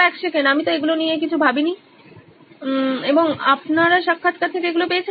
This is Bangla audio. এক সেকেন্ড আমি তো এগুলো নিয়ে কিছু ভাবিনি এবং আপনারা সাক্ষাৎকার থেকে এগুলো পেয়েছেন